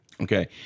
Okay